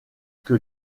que